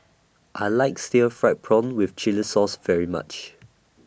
I like Stir Fried Prawn with Chili Sauce very much